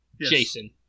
Jason